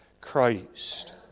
Christ